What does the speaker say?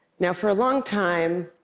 now, for a long time,